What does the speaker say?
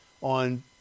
on